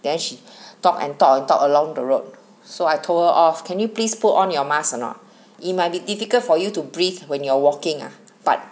there she talk and talk and talk along the road so I told her off can you please put on your mask or not it might be difficult for you to breathe when you're walking ah but